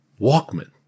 Walkman